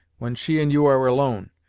when she and you are alone,